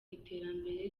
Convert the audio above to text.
iterambere